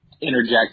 interject